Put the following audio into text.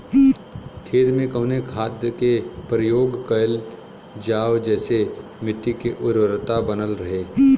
खेत में कवने खाद्य के प्रयोग कइल जाव जेसे मिट्टी के उर्वरता बनल रहे?